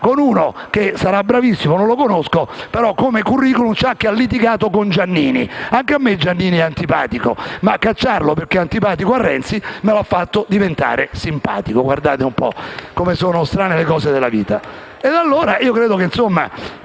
con uno che sarà bravissimo, non lo conosco, però nel *curriculum* ha un litigio con Giannini. Anche a me Giannini è antipatico, ma cacciarlo perché è antipatico a Renzi me l'ha fatto diventare simpatico! Guardate un po' come sono strane le cose della vita.